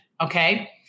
okay